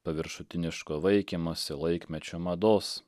paviršutiniško vaikymosi laikmečio mados